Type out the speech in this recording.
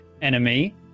Enemy